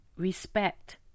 respect